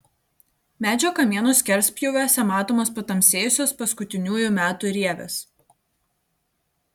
medžio kamieno skerspjūviuose matomos patamsėjusios paskutiniųjų metų rievės